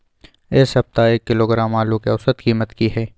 ऐ सप्ताह एक किलोग्राम आलू के औसत कीमत कि हय?